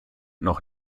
noch